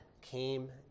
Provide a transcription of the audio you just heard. came